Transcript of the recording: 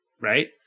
Right